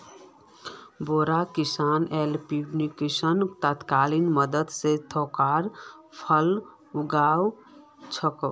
बोरो किसान एयरोपोनिक्स तकनीकेर मदद स थोकोत फल उगा छोक